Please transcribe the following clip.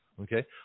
okay